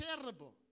terrible